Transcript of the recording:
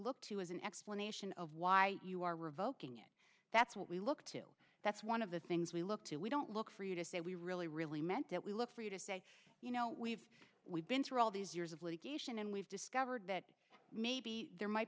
look to as an explanation of why you are revoking it that's what we look to that's one of the things we look to we don't look for you to say we really really meant that we look for you to say you know we've we've been through all these years of litigation and we've discovered that maybe there might